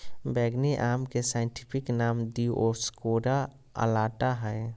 बैंगनी आम के साइंटिफिक नाम दिओस्कोरेआ अलाटा हइ